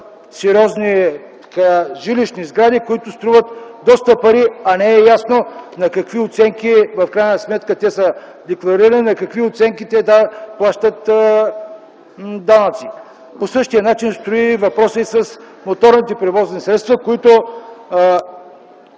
е видимо) жилищни сгради, които струват доста пари, а не е ясно на какви оценки са декларирани, на какви оценки се плащат данъци. По същия начин стои въпросът с моторните превозни средства, за които